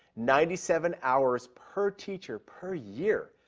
ninety seven hours per teacher, per year.